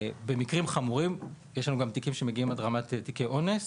במקרים החמורים יש לנו גם תיקים שמגיעים עד לרמת תיקי אונס